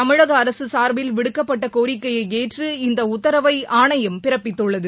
தமிழக அரசு சார்பில் விடுக்கப்பட்ட கோரிக்கையை ஏற்று இந்த உத்தரவை ஆணையம் பிறப்பித்துள்ளது